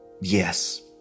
Yes